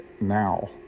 now